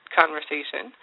conversation